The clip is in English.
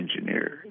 engineer